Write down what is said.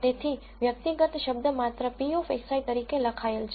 તેથી વ્યક્તિગત શબ્દ માત્ર p of xi તરીકે લખાયેલ છે